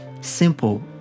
simple